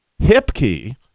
HipKey